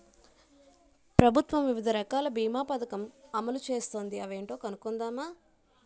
ప్రభుత్వం వివిధ రకాల బీమా పదకం అమలు చేస్తోంది అవేంటో కనుక్కుందామా?